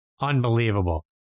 Unbelievable